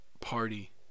party